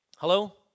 Hello